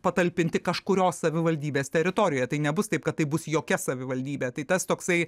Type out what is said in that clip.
patalpinti kažkurios savivaldybės teritorijoje tai nebus taip kad tai bus jokia savivaldybė tai tas toksai